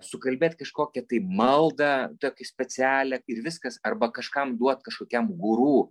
sukalbėt kažkokią tai maldą tokią specialią ir viskas arba kažkam duot kažkokiam guru